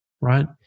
right